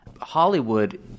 Hollywood